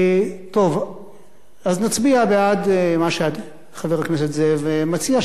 אז נצביע בעד מה שחבר הכנסת זאב מציע,